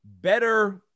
Better